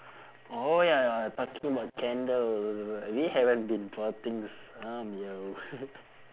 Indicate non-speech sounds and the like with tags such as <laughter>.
oh ya you're talking about candles we haven't been potting some yo <laughs>